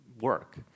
work